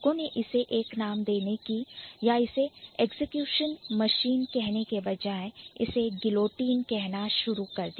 लोगों ने इसे एक नाम देने या इसे execution machine कहने के बजाय इसे गिलोटिन कहना शुरू कर दिया